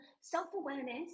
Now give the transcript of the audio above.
self-awareness